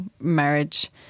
marriage